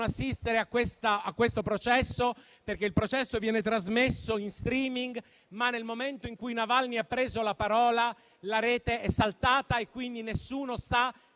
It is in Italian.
assistere al processo, perché viene trasmesso in *streaming* ma, nel momento in cui Navalny ha preso la parola, la rete è saltata e quindi nessuno sa